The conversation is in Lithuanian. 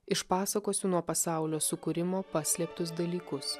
išpasakosiu nuo pasaulio sukūrimo paslėptus dalykus